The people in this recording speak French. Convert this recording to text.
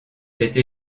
été